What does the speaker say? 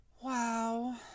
Wow